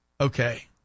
okay